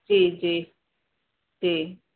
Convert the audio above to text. जी जी जी